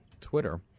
Twitter